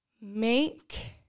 Make